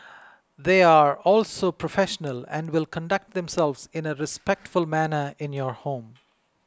they are also professional and will conduct themselves in a respectful manner in your home